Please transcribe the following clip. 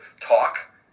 talk